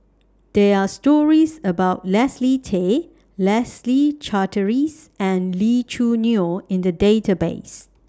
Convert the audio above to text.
There Are stories about Leslie Tay Leslie Charteris and Lee Choo Neo in The Database